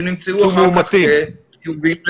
שנמצאו כחיוביים לקורונה.